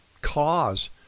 cause